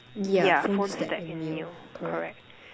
yeah phone stack and meal correct